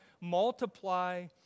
multiply